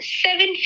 seven